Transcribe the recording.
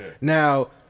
Now